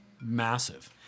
massive